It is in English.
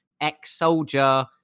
ex-soldier